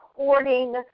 According